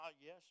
yes